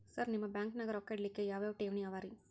Sir ನಿಮ್ಮ ಬ್ಯಾಂಕನಾಗ ರೊಕ್ಕ ಇಡಲಿಕ್ಕೆ ಯಾವ್ ಯಾವ್ ಠೇವಣಿ ಅವ ರಿ?